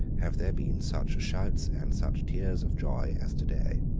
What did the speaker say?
have there been such shouts and such tears of joy as today.